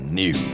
new